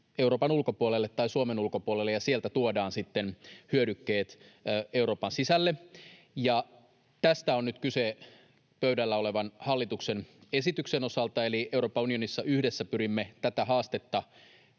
Euroopan ulkopuolelle tai Suomen ulkopuolelle ja sieltä tuodaan sitten hyödykkeet Euroopan sisälle. Tästä on nyt kyse pöydällä olevan hallituksen esityksen osalta, eli Euroopan unionissa yhdessä pyrimme tätä haastetta